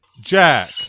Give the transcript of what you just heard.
jack